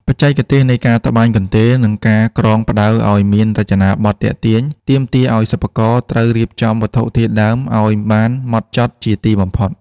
បច្ចេកទេសនៃការត្បាញកន្ទេល និងការក្រងផ្ដៅឱ្យមានរចនាប័ទ្មទាក់ទាញ ទាមទារឱ្យសិប្បករត្រូវរៀបចំវត្ថុធាតុដើមឱ្យបានហ្មត់ចត់ជាទីបំផុត។